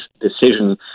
decision